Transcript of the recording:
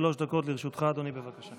שלוש דקות לרשותך, אדוני, בבקשה.